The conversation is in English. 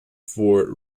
for